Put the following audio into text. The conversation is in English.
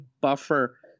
buffer